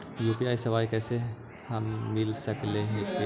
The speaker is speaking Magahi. यु.पी.आई सेवाएं कैसे हमें मिल सकले से?